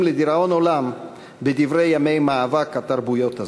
לדיראון עולם בדברי ימי מאבק התרבויות הזה.